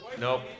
Nope